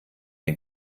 den